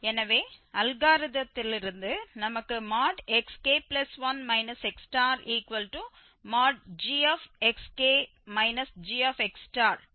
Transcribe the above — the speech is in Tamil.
எனவே அல்காரிதத்திலிருந்து நமக்கு xk1 xgxk gx கிடைக்கும்